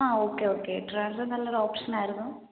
ആ okay okay Trivandrum നല്ലൊരു ഓപ്ഷനായിരുന്നു